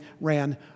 ran